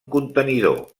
contenidor